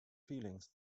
feelings